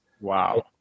Wow